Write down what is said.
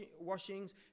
washings